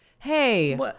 hey